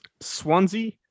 Swansea